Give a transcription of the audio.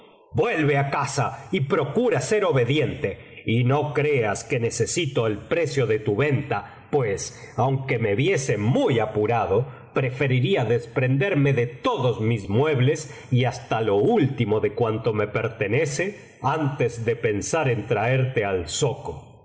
vuelve á casa y procura ser obediente y no creas que necesito el precio de tu venta pues aunque me viese muy apurado preferiría desprenderme de todos mis muebles y hasta lo último de cuanto me pertenece antes que pensar en traerte al zoco